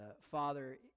Father